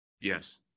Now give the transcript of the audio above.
Yes